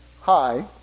hi